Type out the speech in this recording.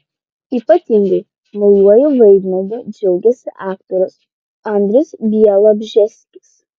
ypatingai naujuoju vaidmeniu džiaugiasi aktorius andrius bialobžeskis